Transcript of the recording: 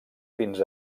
fins